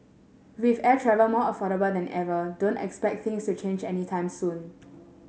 with air travel more affordable than ever don't expect things to change any time soon